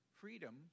freedom